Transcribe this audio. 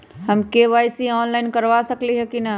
हम KYC online करवा सकली ह कि न?